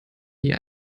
die